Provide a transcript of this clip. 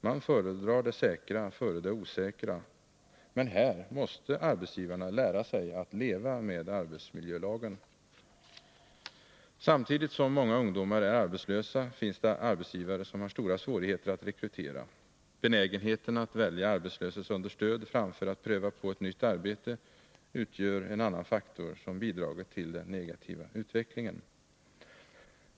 Man föredrar det säkra före det osäkra, men här måste arbetsgivarna lära sig att leva med arbetsmiljölagen. Samtidigt som många ungdomar är arbetslösa finns det arbetsgivare som har stora svårigheter att rekrytera. Benägenheten att välja arbetslöshetsunderstöd framför att pröva på ett nytt arbete utgör en annan faktor som bidragit till den negativa utvecklingen.